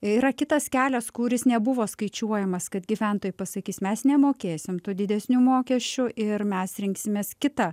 yra kitas kelias kuris nebuvo skaičiuojamas kad gyventojai pasakys mes nemokėsim tų didesnių mokesčių ir mes rinksimės kitą